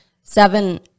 Seven